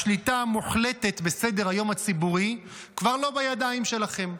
השליטה המוחלטת בסדר-היום הציבורי כבר לא בידיים שלכם.